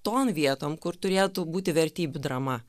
ton vieton kur turėtų būti vertybių drama